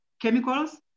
chemicals